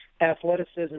athleticism